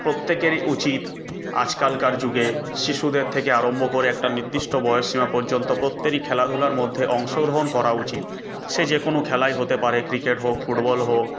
প্রত্যেকেরই উচিত আজকালকার যুগে শিশুদের থেকে আরম্ভ করে একটা নির্দিষ্ট বয়সসীমা পর্যন্ত প্রত্যেরই খেলাধূলার মধ্যে অংশগ্রহণ করা উচিত সে যে কোনো খেলাই হতে পারে ক্রিকেট হোক ফুটবল হোক